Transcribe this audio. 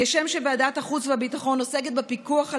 כשם שוועדת החוץ והביטחון עוסקת בפיקוח על